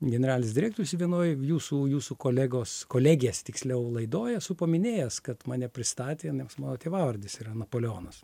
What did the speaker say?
generalinis direktorius vienoj jūsų jūsų kolegos kolegės tiksliau laidoj esu paminėjęs kad mane pristatė nes mano tėvavardis yra napoleonas